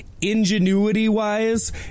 ingenuity-wise